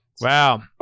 Wow